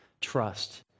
trust